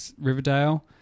riverdale